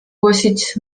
głosić